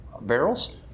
barrels